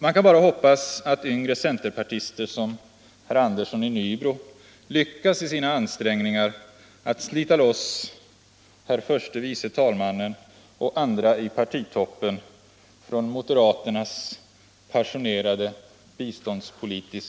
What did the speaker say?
Man kan bara hoppas att yngre centerpartister som herr Andersson i Nybro lyckas i sina ansträngningar att slita loss